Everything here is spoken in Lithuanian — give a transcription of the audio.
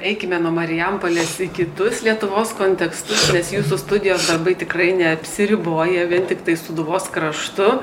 eikime nuo marijampolės į kitus lietuvos kontekstus nes jūsų studijos darbai tikrai neapsiriboja vien tiktai sūduvos kraštu